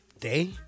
day